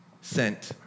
sent